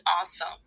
awesome